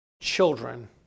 children